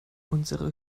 unsere